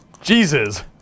Jesus